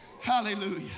Hallelujah